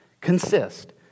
consist